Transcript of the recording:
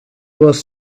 was